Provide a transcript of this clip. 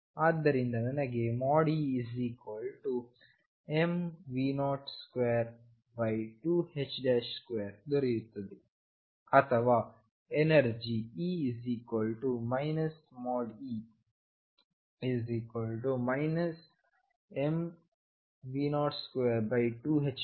ಆದ್ದರಿಂದ ನನಗೆ EmV022ℏ2 ದೊರೆಯುತ್ತದೆ ಅಥವಾ ಎನರ್ಜಿ E E mV022ℏ2